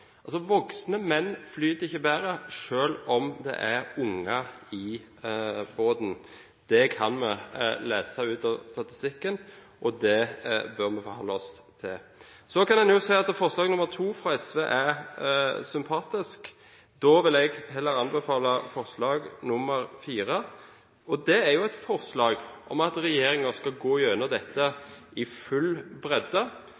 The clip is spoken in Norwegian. Voksne menn flyter ikke bedre selv om det er unger i båten. Det kan vi lese ut av statistikken, og det bør vi forholde oss til. Så kan en si at forslag nr. 2 fra SV er sympatisk. Da vil jeg heller anbefale forslag nr. 4. Det er et forslag om at regjeringen skal gå gjennom